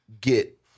get